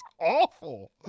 awful